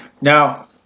Now